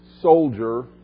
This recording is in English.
soldier